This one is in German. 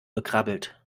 gekrabbelt